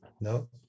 no